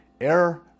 Air